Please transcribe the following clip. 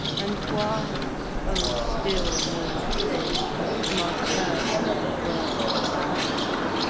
and why o, still more cruel must her own words do all?